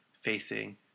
facing